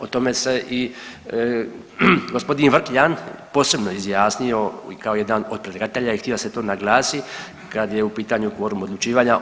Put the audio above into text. O tome se i gospodin Vrkljan posebno izjasnio kao jedan od predlagatelja i htio ta se to naglasi kad je u pitanju kvorum odlučivanja.